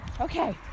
Okay